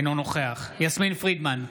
אינו נוכח יסמין פרידמן,